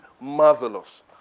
marvelous